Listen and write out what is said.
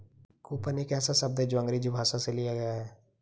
coupon एक ऐसा शब्द है जो अंग्रेजी भाषा से लिया गया है